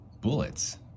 bullets